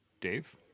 Dave